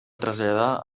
traslladar